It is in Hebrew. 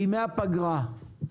בימי הפגרה,